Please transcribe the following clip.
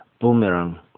boomerang